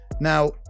Now